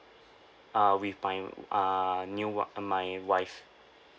uh with my uh new wi~ my wife